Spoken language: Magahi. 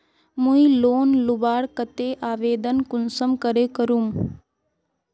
मुई लोन लुबार केते आवेदन कुंसम करे करूम?